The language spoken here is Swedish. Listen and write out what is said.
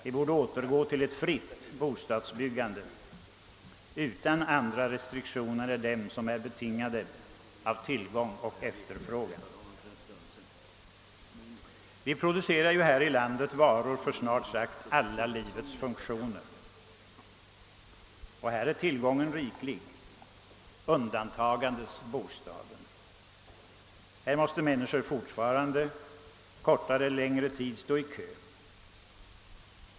Vi borde återgå till ett fritt bostadsbyggande utan andra restriktioner än dem som är betingade av tillgång och efterfrågan. Vi producerar här i landet varor för snart sagt alla livets funktioner, och tillgången på förnödenheter är riklig, undantagandes bostaden. För att få en bostad måste människor fortfarande under kortare eller längre tid stå i kö.